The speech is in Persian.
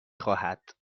خواهد